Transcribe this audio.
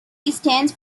stands